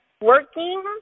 working